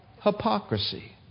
hypocrisy